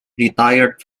retired